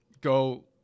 go